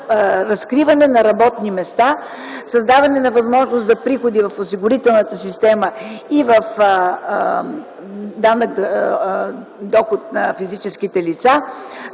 разкриване на работни места, създаване на възможност за приходи в осигурителната система и в данък доход на физическите лица.